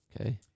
Okay